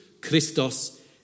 Christos